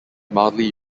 mildly